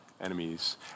enemies